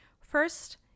First